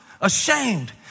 ashamed